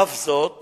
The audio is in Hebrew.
אך זאת